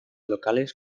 locales